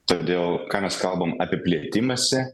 todėl ką mes kalbam apie plėtimąsi